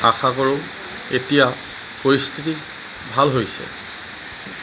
আশা কৰো এতিয়া পৰিস্থিতি ভাল হৈছে